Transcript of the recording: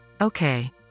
Okay